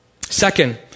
Second